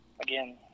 again